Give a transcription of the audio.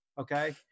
Okay